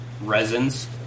resins